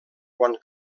quan